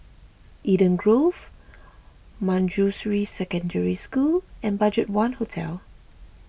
Eden Grove Manjusri Secondary School and Budgetone Hotel